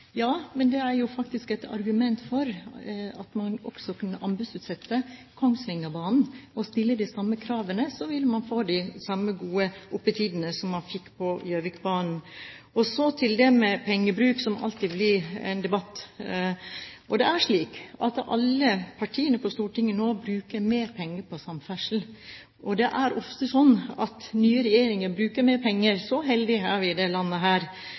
Ja, men det er jo faktisk et argument for at man også kunne anbudsutsette Kongsvingerbanen og stille de samme kravene, så ville man få de samme gode oppetidene som man fikk på Gjøvikbanen. Så til det med pengebruk, som alltid blir en debatt: Det er slik at alle partiene på Stortinget nå bruker mer penger på samferdsel, og det er ofte slik at nye regjeringer bruker mer penger – så heldige er vi i dette landet.